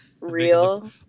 real